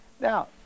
Now